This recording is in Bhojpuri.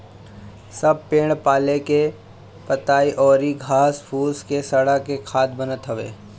सब पेड़ पालो के पतइ अउरी घास फूस के सड़ा के खाद बनत हवे